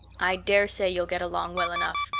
i dare say you'll get along well enough.